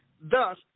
thus